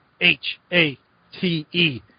H-A-T-E